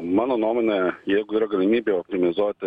mano nuomone jeigu yra galimybė optimizuoti